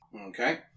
Okay